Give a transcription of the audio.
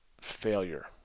failure